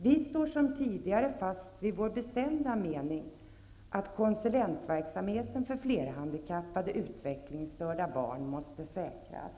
Vi står som tidigare fast vid vår bestämda mening att konsulentverksamheten för flerhandikappade utvecklingstörda barn måste säkras.